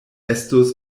estus